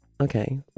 Okay